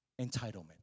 entitlement